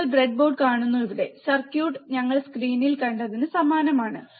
നിങ്ങൾ ബ്രെഡ്ബോർഡ് കാണുന്നു ഇവിടെ സർക്യൂട്ട് ഞങ്ങൾ സ്ക്രീനിൽ കണ്ടതിന് സമാനമാണ്